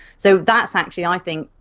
so that's actually i think,